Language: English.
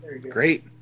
great